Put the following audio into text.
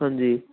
ਹਾਂਜੀ